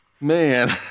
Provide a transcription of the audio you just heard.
man